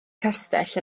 castell